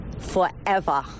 forever